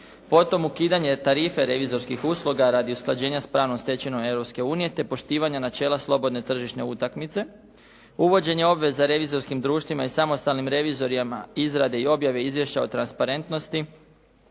Potom ukidanje tarife revizorskih usluga radi usklađenja s pravnom stečevinom Europske unije, te poštivanje načela slobodne tržišne utakmice, uvođenja obveza revizorskim društvima i samostalnim revizorima izrade i objave izvješća o transparentnosti,